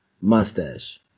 mustache